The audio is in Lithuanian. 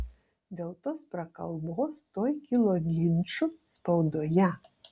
dėl tos prakalbos tuoj kilo ginčų spaudoje